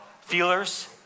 feelers